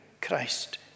Christ